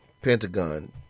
Pentagon